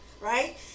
right